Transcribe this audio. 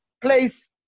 place